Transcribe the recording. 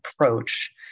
approach